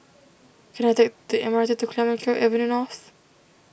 can I take the M R T to Clemenceau Avenue North